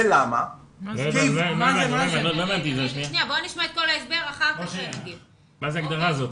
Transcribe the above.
מה זאת ההגדרה הזאת?